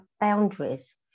boundaries